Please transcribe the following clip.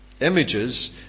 Images